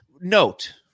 note